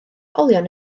olion